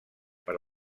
per